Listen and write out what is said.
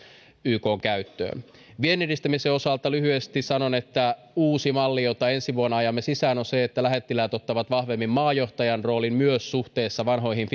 ykn käyttöön viennin edistämisen osalta lyhyesti sanon että uusi malli jota ensi vuonna ajamme sisään on se että lähettiläät ottavat vahvemmin maajohtajan roolin myös suhteessa vanhoihin